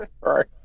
Right